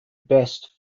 best